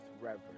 reverence